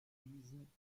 wiesen